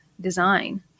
design